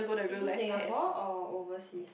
is it Singapore or overseas